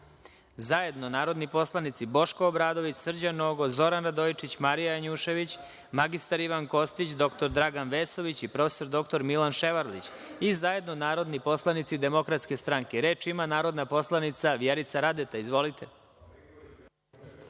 zajedno narodni poslanici Boško Obradović, Srđan Nogo, Zoran Radojičić, Marija Janjušević, mr Ivan Kostić, dr Dragan Vesović i prof. dr Milan Ševarlić, i zajedno narodni poslanici DS.Reč ima narodna poslanica Vjerica Radeta. Izvolite.